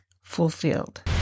fulfilled